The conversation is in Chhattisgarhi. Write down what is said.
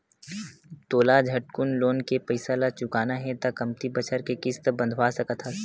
तोला झटकुन लोन के पइसा ल चुकाना हे त कमती बछर के किस्त बंधवा सकस हस